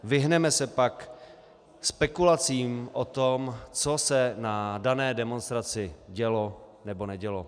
Vyhneme se pak spekulacím o tom, co se na dané demonstraci dělo, nebo nedělo.